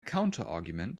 counterargument